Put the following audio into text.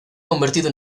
convertido